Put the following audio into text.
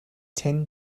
tin